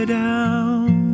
down